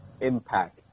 Impact